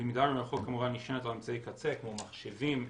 למידה מרחוק כמובן נשענת על אמצעי קצה כמו מחשבים,